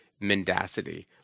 mendacity